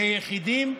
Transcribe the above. ליחידים,